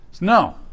No